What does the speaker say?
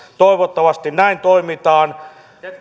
toivottavasti näin toimitaan